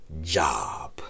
job